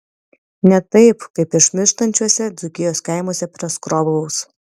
ne taip kaip išmirštančiuose dzūkijos kaimuose prie skroblaus